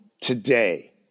today